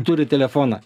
turi telefoną